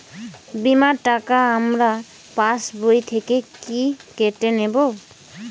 বিমার টাকা আমার পাশ বই থেকে কি কেটে নেবে?